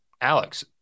Alex